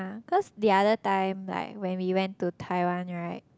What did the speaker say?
cause the other time like when we went to Taiwan right